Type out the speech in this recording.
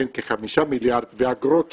ואגרות שונות,